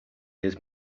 his